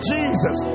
Jesus